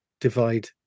divide